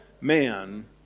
man